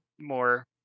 more